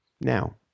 Now